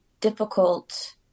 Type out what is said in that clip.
difficult